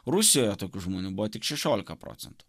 rusija tokių žmonių buvo tik šešiolika procentų